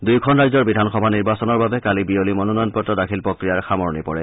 দুয়োখন ৰাজ্যৰ বিধানসভা নিৰ্বাচনৰ বাবে কালি বিয়লি মনোনয়ন পত্ৰ দাখিল প্ৰক্ৰিয়াৰ সামৰণি পৰে